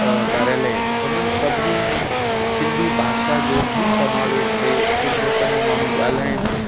अ कार्यालय आहिनि उन्हनि सभिनि में सिंधी भाषा जो बि समावेश थिए सिंधियत में माण्हू ॻाल्हाइनि